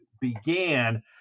began